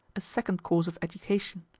a second course of education.